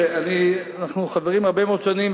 אנחנו חברים הרבה מאוד שנים,